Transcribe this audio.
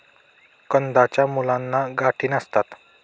कंदाच्या मुळांना गाठी नसतात